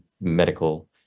medical